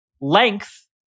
length